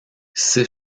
six